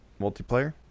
multiplayer